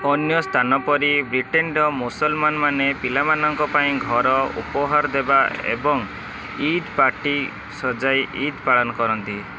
ଅନ୍ୟ ସ୍ଥାନ ପରି ବ୍ରିଟେନ୍ର ମୁସଲମାନ୍ ମାନେ ପିଲାମାନଙ୍କ ପାଇଁ ଘର ଉପହାର ଦେବା ଏବଂ ଇଦ୍ ପାର୍ଟୀ ସଜାଇ ଇଦ୍ ପାଳନ କରନ୍ତି